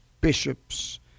bishops